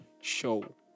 show